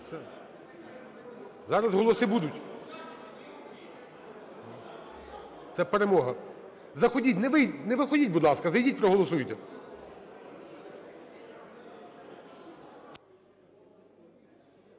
Зараз голоси будуть. Це перемога. Заходіть. Не виходіть, будь ласка. Зайдіть, проголосуйте.